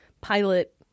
pilot